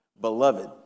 beloved